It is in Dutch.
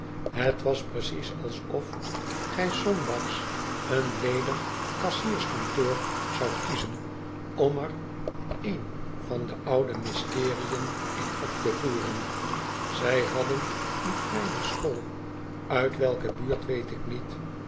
het was precies alsof gij s zondags een ledig kassierskantoor zoudt kiezen om er een van de oude mysteriön in op te voeren zij hadden een kleine school uit welke buurt weet ik niet